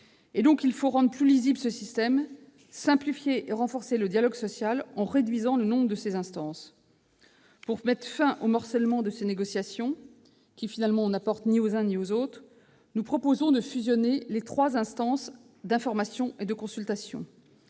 faut-il rendre plus lisible ce système, et simplifier et renforcer le dialogue social en réduisant le nombre de ses instances. Pour mettre fin à ce morcellement des négociations qui n'apporte rien aux uns et aux autres, nous proposons de fusionner les trois instances d'information et de consultation